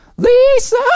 Lisa